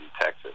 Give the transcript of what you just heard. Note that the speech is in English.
Texas